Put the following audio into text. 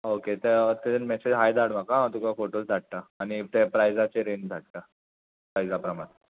okay तेजेर message हाय धाड म्हाका हांव तुका फोटोज धाडटा आनी ते प्रायजाचे रेंज धाडटा प्रायजा प्रमाण